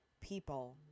people